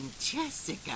Jessica